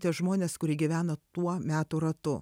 tie žmonės kurie gyvena tuo metų ratu